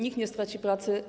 Nikt nie straci pracy.